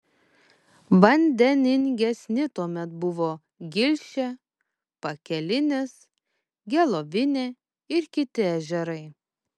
vandeningesni tuomet buvo gilšė pakelinis gelovinė ir kiti ežerai